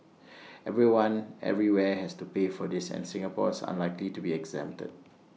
everyone everywhere has to pay for this and Singapore is unlikely to be exempted